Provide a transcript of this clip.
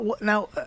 Now